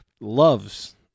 loves